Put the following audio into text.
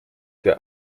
der